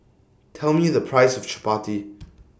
Tell Me The Price of Chappati